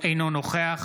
אינו נוכח